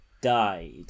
died